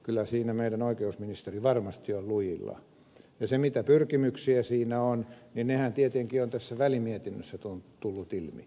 kyllä siinä meidän oikeusministeri varmasti on lujilla ja ne mitä pyrkimyksiä siinä on tietenkin ovat tässä välimietinnössä tulleet ilmi